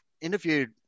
interviewed